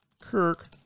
Kirk